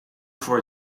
for